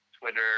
Twitter